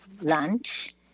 lunch